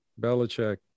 Belichick